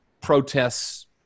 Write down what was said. protests